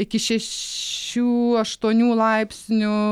iki šešių aštuonių laipsnių